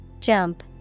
Jump